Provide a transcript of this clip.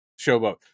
Showboat